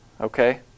okay